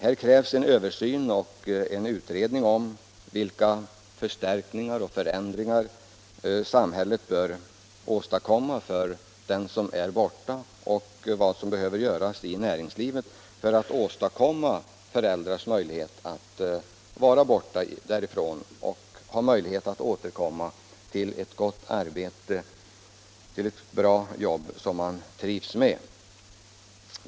Här krävs en översyn och en utredning om vilka förstärkningar och förändringar samhället bör åstadkomma för den som är borta och vad som behöver göras i näringslivet för att skapa möjlighet för föräldrar att vara borta därifrån och sedan återkomma till ett bra jobb som man trivs med.